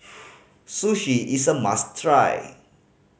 sushi is a must try